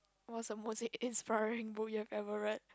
what's the most ins~ inspiring book you have ever read